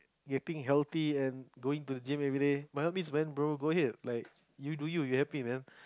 getting healthy and going to gym everyday by all means man bro go ahead like you do you you happy man